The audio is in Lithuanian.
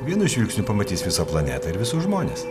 vienu žvilgsniu pamatys visą planetą ir visus žmones